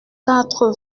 quatre